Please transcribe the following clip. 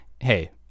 hey